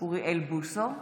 אוריאל בוסו,